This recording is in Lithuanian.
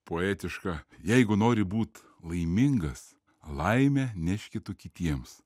poetiška jeigu nori būt laimingas laimę neški tu kitiems